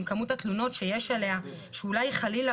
עם כמות התלונות שיש עליה שאולי חלילה